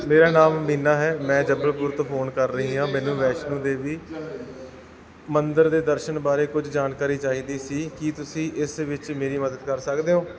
ਮੇਰਾ ਨਾਮ ਮੀਨਾ ਹੈ ਮੈਂ ਜਬਲਪੁਰ ਤੋਂ ਫ਼ੋਨ ਕਰ ਰਹੀ ਹਾਂ ਮੈਨੂੰ ਵੈਸ਼ਨੋ ਦੇਵੀ ਮੰਦਿਰ ਦੇ ਦਰਸ਼ਨਾਂ ਬਾਰੇ ਕੁਝ ਜਾਣਕਾਰੀ ਚਾਹੀਦੀ ਸੀ ਕੀ ਤੁਸੀਂ ਇਸ ਵਿੱਚ ਮੇਰੀ ਮਦਦ ਕਰ ਸਕਦੇ ਹੋ